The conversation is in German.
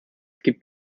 gibt